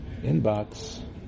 Inbox